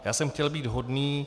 Já jsem chtěl být hodný.